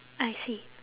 I see